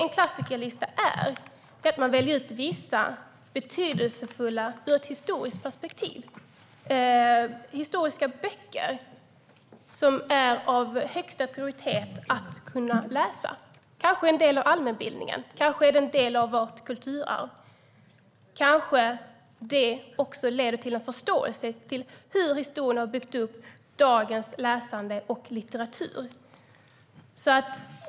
En klassikerlista innebär att man väljer ut vissa ur ett historiskt perspektiv betydelsefulla böcker som det är av högsta prioritet att man kan läsa. Kanske är det en del av allmänbildningen, och kanske är det en del av vårt kulturarv. Kanske leder det också till en förståelse av hur historien har byggt upp dagens läsande och litteratur.